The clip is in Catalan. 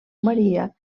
maria